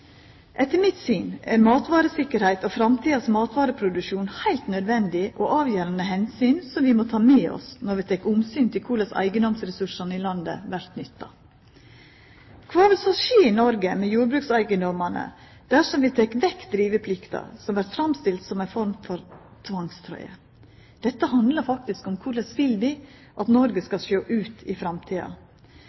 Etter mitt syn er matvaresikkerheit og framtidas matvareproduksjon heilt nødvendige og avgjerande omsyn som vi må ta med oss når vi tek omsyn til korleis eigedomsressursane i landet vert nytta. Kva vil så skje i Noreg med jordbrukseigedommane dersom vi tek vekk driveplikta, som vert framstilt som ei form for tvangstrøye? Dette handlar faktisk om korleis vi vil at Noreg skal sjå ut i framtida.